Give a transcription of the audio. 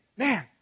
man